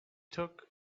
took